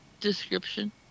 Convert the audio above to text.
description